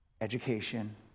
education